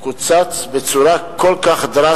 קוצץ התקציב הזה בצורה דרסטית: